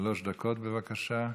שלוש דקות, בבקשה.